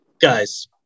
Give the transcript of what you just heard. Guys